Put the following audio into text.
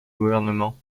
gouvernement